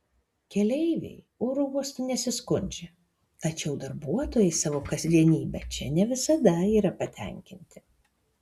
keleiviai oro uostu nesiskundžia tačiau darbuotojai savo kasdienybe čia ne visada yra patenkinti